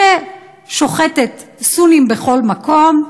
ששוחטת סונים בכל מקום,